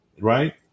right